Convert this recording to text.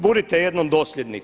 Budite jednom dosljedni.